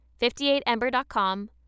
58Ember.com